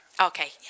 Okay